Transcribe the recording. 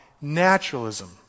naturalism